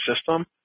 system